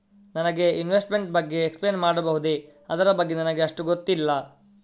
ನನಗೆ ಇನ್ವೆಸ್ಟ್ಮೆಂಟ್ ಬಗ್ಗೆ ಎಕ್ಸ್ಪ್ಲೈನ್ ಮಾಡಬಹುದು, ಅದರ ಬಗ್ಗೆ ನನಗೆ ಅಷ್ಟು ಗೊತ್ತಿಲ್ಲ?